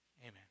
Amen